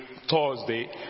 Thursday